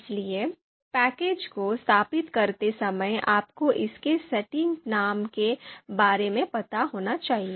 इसलिए पैकेज को स्थापित करते समय आपको इसके सटीक नाम के बारे में पता होना चाहिए